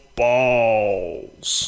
balls